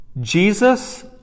Jesus